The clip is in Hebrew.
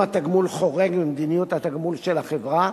אם התגמול חורג ממדיניות התגמול של החברה,